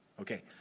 Okay